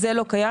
זה לא קיים.